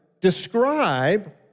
describe